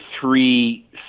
three